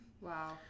Wow